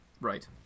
Right